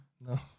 No